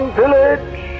village